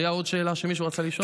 הייתה עוד שאלה שמישהו רצה לשאול?